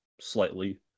slightly